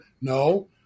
No